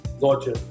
Gotcha